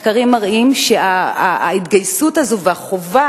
מחקרים מראים שההתגייסות הזאת והחובה